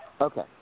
Okay